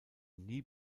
nie